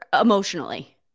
emotionally